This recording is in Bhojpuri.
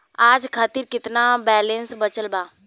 आज खातिर केतना बैलैंस बचल बा?